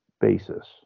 basis